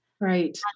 right